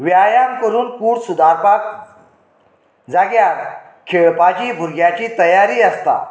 व्यायाम करून कूड सुदारपाक जाग्यार खेळपाची भुरग्याची तयारी आसता